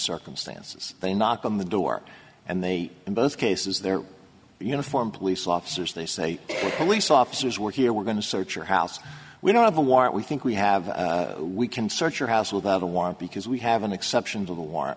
circumstances they knock on the door and they in both cases they're uniformed police officers they say the police officers we're here we're going to search your house we don't have a warrant we think we have we can search your house without a warrant because we have an exception to the war